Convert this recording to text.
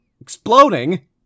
Exploding